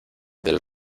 del